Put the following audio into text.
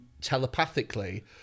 telepathically